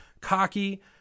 cocky